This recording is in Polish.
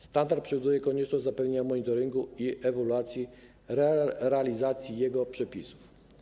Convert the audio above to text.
Standard przewiduje konieczność zapewnienia monitoringu i ewaluacji realizacji jego przepisów.